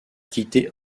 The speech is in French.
quitté